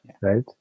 right